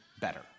better